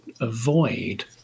avoid